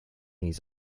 his